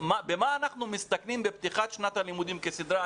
במה אנחנו מסתכנים בפתיחת שנת הלימודים כסדרה?